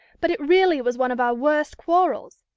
but it really was one of our worst quarrels.